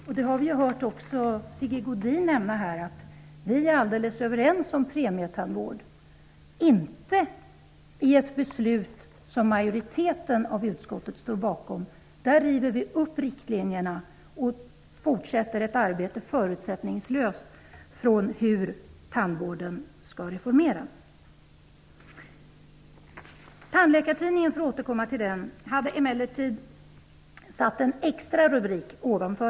Vi har också hört Sigge Godin nämna att man är helt överens om premietandvård. Men det gäller inte det beslut som majoriteten står bakom. Riktlinjerna om hur tandvården skall reformeras rivs nämligen upp och arbetet fortsätter förutsättningslöst. Jag återkommer till Tandläkartidningen. Ovan den rubrik som jag nämnde hade man satt en extra rubrik .